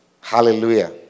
Hallelujah